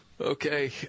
okay